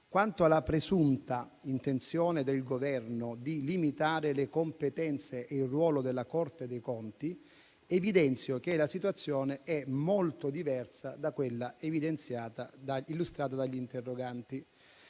Quanto alla presunta intenzione del Governo di limitare le competenze e il ruolo della Corte dei conti, evidenzio che la situazione è molto diversa da quella illustrata dagli interroganti.